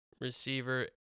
receiver